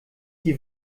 die